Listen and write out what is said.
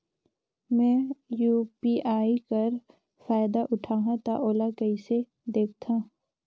मैं ह यू.पी.आई कर फायदा उठाहा ता ओला कइसे दखथे?